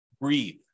Breathe